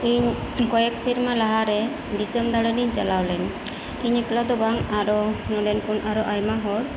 ᱤᱧ ᱠᱚᱭᱮᱠ ᱥᱮᱨᱢᱟ ᱞᱟᱦᱟ ᱨᱮ ᱫᱤᱥᱟᱹᱢ ᱫᱟᱲᱟᱱᱤᱧ ᱪᱟᱞᱟᱣ ᱞᱮᱱᱟ ᱤᱧ ᱮᱠᱞᱟᱫᱚ ᱵᱟᱝ ᱟᱨᱚ ᱱᱚᱸᱰᱮᱱ ᱠᱚ ᱟᱨᱚ ᱟᱭᱢᱟ ᱦᱚᱲ